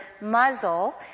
muzzle